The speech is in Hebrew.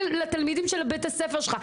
לתלמידים של בית הספר שלך.